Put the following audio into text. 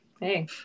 hey